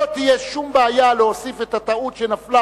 לא תהיה שום בעיה להוסיף את הטעות שנפלה